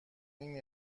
این